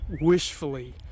wishfully